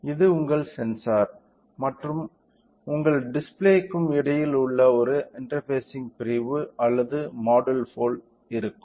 இது உங்கள் சென்சார் மற்றும் உங்கள் டிஸ்பிலேக்கும் இடையில் உள்ள ஒரு இன்டெர்பாஸிங் பிரிவு அல்லது மாடுல் போல இருக்கும்